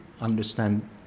understand